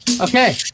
Okay